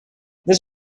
this